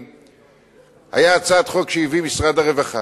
מוגבלים היה הצעת חוק שהביא משרד הרווחה,